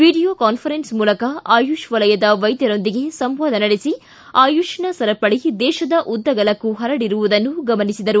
video conference ಮೂಲಕ ಆಯುಷ್ ವಲಯದ ವೈದ್ಯರೊಂದಿಗೆ ಸಂವಾದ ನಡೆಸಿ ಆಯುಷ್ನ ಸರಪಳಿ ದೇಶದ ಉದ್ದಗಲಕ್ಕೂ ಪರಡಿರುವುದನ್ನು ಗಮನಿಸಿದರು